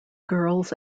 girls